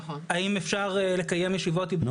אם אפשר לקיים ישיבות היברידיות או לא.